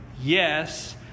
yes